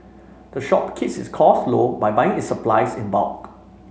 the shop cases costs low by buying its supplies in bulk